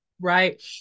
right